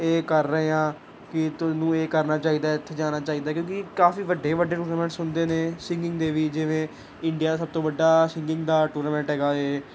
ਇਹ ਕਰ ਰਹੇ ਹਾਂ ਕਿ ਤੁਹਾਨੂੰ ਇਹ ਕਰਨਾ ਚਾਹੀਦਾ ਇੱਥੇ ਜਾਣਾ ਚਾਹੀਦਾ ਕਿਉਂਕਿ ਕਾਫੀ ਵੱਡੇ ਵੱਡੇ ਟੂਰਨਾਮੈਂਟਸ ਹੁੰਦੇ ਨੇ ਸਿੰਗਿੰਗ ਦੇ ਵੀ ਜਿਵੇਂ ਇੰਡੀਆ ਸਭ ਤੋਂ ਵੱਡਾ ਸਿੰਗਿੰਗ ਦਾ ਟੂਰਨਾਮੈਂਟ ਹੈਗਾ ਇਹ